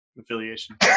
affiliation